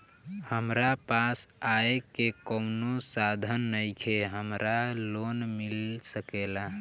हमरा पास आय के कवनो साधन नईखे हमरा लोन मिल सकेला?